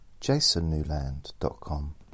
jasonnewland.com